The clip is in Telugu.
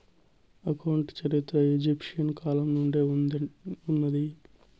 అకౌంట్ చరిత్ర ఈజిప్షియన్ల కాలం నుండే ఉన్నాది